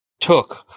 took